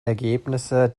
ergebnisse